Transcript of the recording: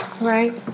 right